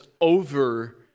over